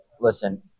Listen